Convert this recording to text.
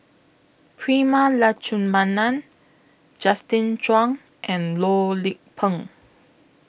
Prema Letchumanan Justin Zhuang and Loh Lik Peng